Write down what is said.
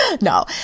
no